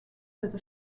cette